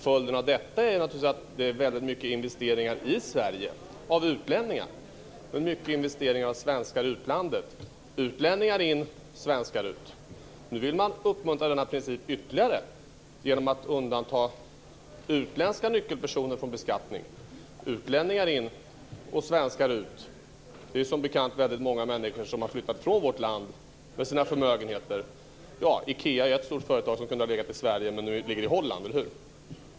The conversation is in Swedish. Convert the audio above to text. Följden av detta är naturligtvis att det görs väldigt mycket investeringar i Sverige av utlänningar och mycket investeringar av svenskar i utlandet. Utlänningar in och svenskar ut. Nu vill man uppmuntra denna princip ytterligare genom att undanta utländska nyckelpersoner från beskattning. Utlänningar in och svenskar ut. Det är som bekant väldigt många människor som har flyttat från vårt land med sina förmögenheter. Ikea är ett stort företag som kunde ha legat i Sverige, men nu ligger det i Holland, eller hur?